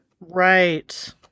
Right